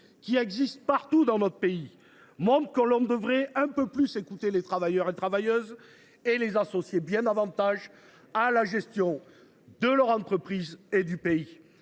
qui existent partout dans notre pays, montrent que l’on devrait un peu plus écouter les travailleurs et les travailleuses et les associer bien davantage à la gestion de leur entreprise et de la